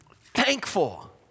thankful